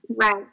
Right